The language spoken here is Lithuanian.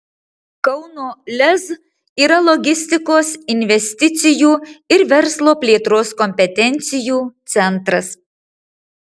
kauno lez yra logistikos investicijų ir verslo plėtros kompetencijų centras